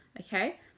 okay